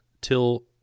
till